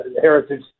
heritage